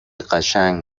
قشنگ